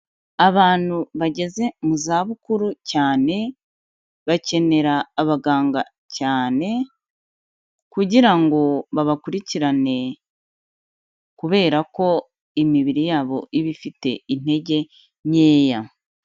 Abantu bageze mu zabukuru cyane, bakenera abaganga cyane kugira ngo babakurikirane kubera ko imibiri yabo iba ifite intege nkeya.